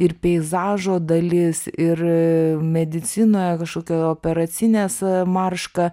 ir peizažo dalis ir medicinoje kažkokio operacinės marška